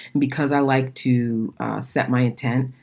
because i like to set my intent,